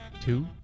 two